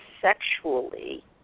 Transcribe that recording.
sexually